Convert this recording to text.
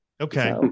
Okay